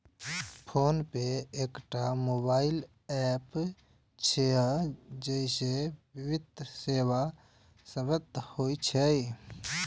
PhonePe एकटा mobile app छियै, जइसे वित्तीय सेवा संपन्न होइ छै